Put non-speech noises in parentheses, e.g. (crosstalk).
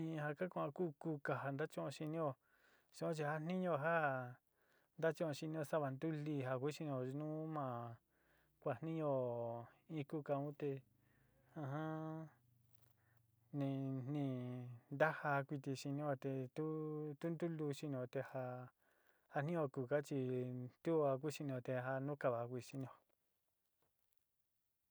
In ja ka kan'o ku kuka ja ntachun'ó xinió suan chi jatniñu ja ja ntachuo xinio sava ntu lií ja ku xinio chi nu ma kuagtniño in kuka un te (hesitation) ni ni ntajá kuti xinió te tu tu ntú luú xinió te ja ja nió kuka chi tu a ku xinio te janúkaáva ku xinío.